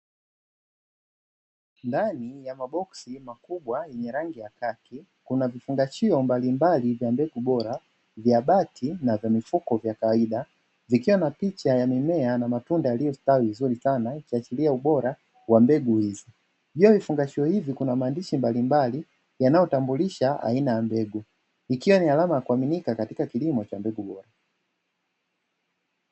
Ndani ya maboksi makubwa yeneye rangi ya kaki, kuna vifungashio mbalimbali vya mbegu bora, vya bati na vya mifuko vya kawaida, zikiwa na picha ya mimea na matunda yaliyostawi vizuri sana, ikiashiria ubora wa mbegu hizi. Juu ya vifungashio hivi kuna maandishi mbalimbali yanayotambulisha aina ya mbegu, ikiwa ni alama ya kuaminika katika kilimo cha mbegu bora.